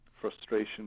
frustration